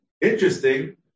interesting